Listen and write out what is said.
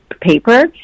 paper